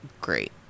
Great